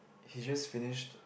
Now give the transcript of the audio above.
he just finished